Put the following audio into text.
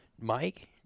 mike